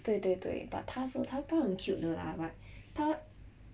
对对对 but 他是他很 cute 的啦 but 他